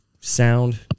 sound